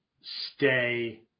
stay